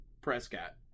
Prescott